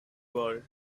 world